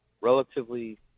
relatively